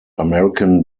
american